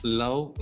love